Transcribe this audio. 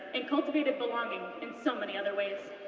and cultivated belonging in so many other ways.